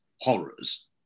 horrors